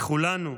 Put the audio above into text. בכולנו,